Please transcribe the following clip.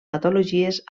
patologies